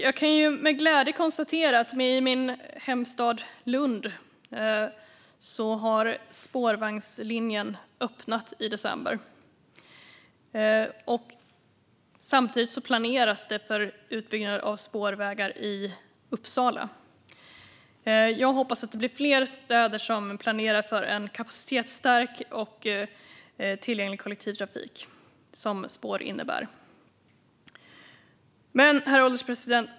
Jag kan med glädje konstatera att i min hemstad Lund öppnade spårvagnslinjen i december. Samtidigt planeras det för utbyggnad av spårvägar i Uppsala. Jag hoppas att fler städer planerar för en kapacitetsstark och tillgänglig kollektivtrafik som spår innebär. Herr ålderspresident!